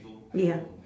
ya